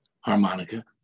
harmonica